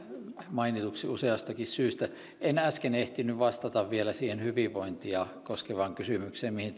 mainituksi useastakin syystä en äsken ehtinyt vastata vielä siihen hyvinvointia koskevaan kysymykseen mihin